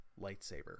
lightsaber